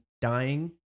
dying